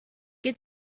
get